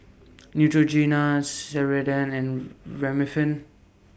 Neutrogena Ceradan and Remifemin